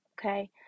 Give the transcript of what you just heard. okay